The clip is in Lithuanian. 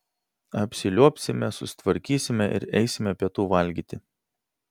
apsiliuobsime susitvarkysime ir eisime pietų valgyti